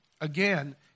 again